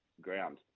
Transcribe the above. ground